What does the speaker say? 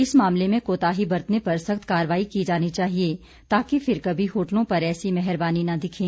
इस मामले में कोताही बरतने पर सख्त कार्रवाई की जानी चाहिए ताकि फिर कभी होटलों पर ऐसी मेहरबानी न दिखे